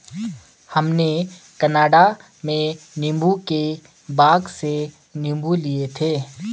हमने कनाडा में नींबू के बाग से नींबू लिए थे